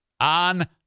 On